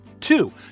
two